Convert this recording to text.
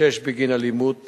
שש בגין אלימות